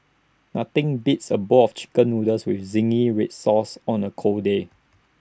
nothing beats A bowl of Chicken Noodles with Zingy Red Sauce on A cold day